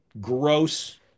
gross